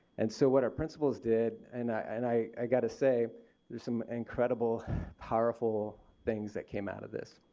and so what our principals did and i got to say there's some incredible powerful things that came out of this.